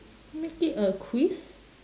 make it a quiz